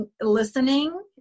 listening